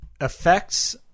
effects